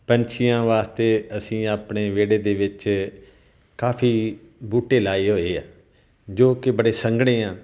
ਪੰਛੀਆਂ ਵਾਸਤੇ ਅਸੀਂ ਆਪਣੇ ਵਿਹੜੇ ਦੇ ਵਿੱਚ ਕਾਫੀ ਬੂਟੇ ਲਗਾਏ ਹੋਏ ਆ ਜੋ ਕਿ ਬੜੇ ਸੰਘਣੇ ਆ